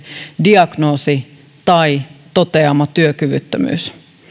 diagnoosi tai toteama työkyvyttömyys